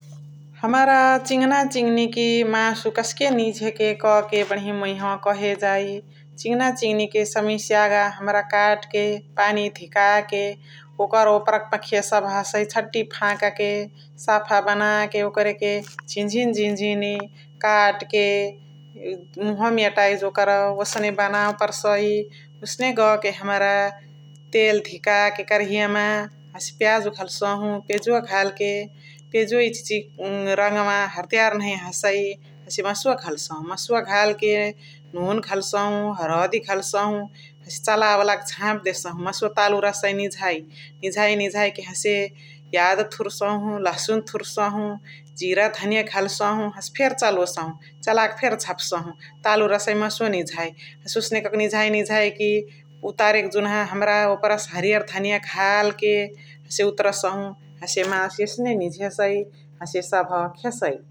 हमरा चिङना चिङनिक मासु कसके निझेके कहके बणही मुइ यहाँव कहे जाइ । चिङना चिङनिक सबहिसे यागा हमरा कटके पानी धिकाके ओकर ओपरक पखिया सबह हसइ छति फाकके साफ्फ बनाअके ओकरके झिनहिनी झिनहिनी काटके मुहावामा एताए जोकर ओसने बनावे पर्साअइ । ओसने गहके हमरा तेल धिकाके करहियमा हसे प्याजु घलसाहु । हसे प्याजुवा घालके प्याजुवा इचिहिची रङवा हार्डयार नहिया हसइ हसे मासुवा घलसाउ । हसे मासुवा घालके नुन घलसाहु, हरदी घलसाहु चलावालाअके झाप देसहु । मासुवा तालुक रहसाइ निझाइ । निझाइ निझाइ कि हसे याद थुर्साहु, लहसुन थुर्साहु, जिरा धनीया गहसाहु हसे फेरी चलोसहु । चलाके फेरी झापासाहु । तालु रहसाइ मासुवा निझाइ । हसे ओसने कके निझाइ निझाइकी उतारके जुन्हा हमरा ओपरासे हरियार धनीया घालके हसे उतरसहु । हसे मासु एसने निझेसइ ।